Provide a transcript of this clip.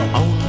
on